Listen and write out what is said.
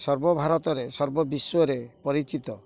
ସର୍ବ ଭାରତରେ ସର୍ବ ବିଶ୍ୱରେ ପରିଚିତ